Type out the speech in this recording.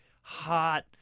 hot